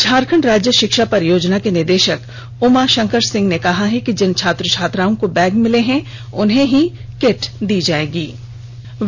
झारखंड राज्य षिक्षा परियोजना के निदेषक उमाषंकर सिंह ने कहा कि जिन छात्र छात्राओं को बैग मिले हैं उन्हें ही किट दिये जायेंगे